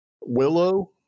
Willow